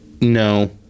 No